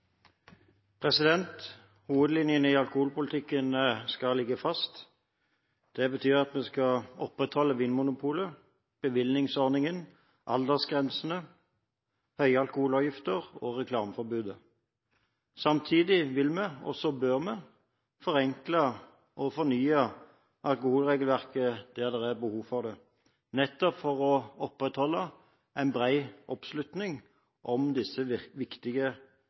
Hovedlinjene i alkoholpolitikken skal ligge fast. Det betyr at vi skal opprettholde Vinmonopolet, bevillingsordningen, aldersgrensene, høye alkoholavgifter og reklameforbudet. Samtidig vil vi og bør vi forenkle og fornye alkoholregelverket der det er behov for det, nettopp for å opprettholde en bred oppslutning om disse viktige